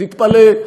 תתפלא.